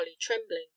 trembling